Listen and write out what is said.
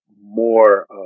more